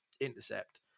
intercept